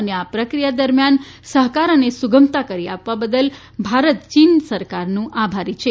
અને આ પ્રક્રિયા દરમિયાન સરકાર અને સુગમતા બદલ ભારત યીનની સરકારનું આભારી છે